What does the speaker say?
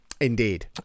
Indeed